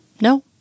No